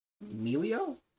Emilio